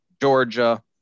Georgia